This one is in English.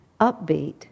upbeat